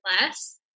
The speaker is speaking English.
less